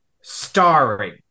starring